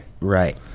Right